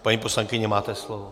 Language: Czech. Paní poslankyně, máte slovo.